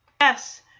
Yes